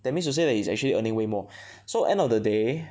that means you say that he's actually earning way more so end of the day